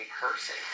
person